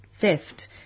theft